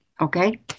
Okay